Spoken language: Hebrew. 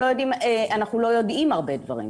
אנחנו לא יודעים הרבה דברים.